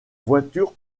voiture